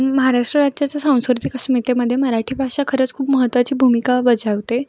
महाराष्ट्र राज्याच्या सांस्कृतिक अस्मितेमध्ये मराठी भाषा खरंच खूप महत्त्वाची भूमिका बजावते